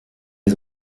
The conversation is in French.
les